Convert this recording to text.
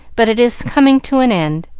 but it is coming to an end,